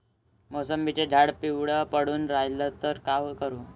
मोसंबीचं झाड पिवळं पडून रायलं त का करू?